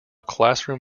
classroom